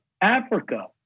Africa